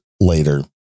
later